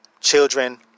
Children